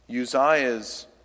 Uzziah's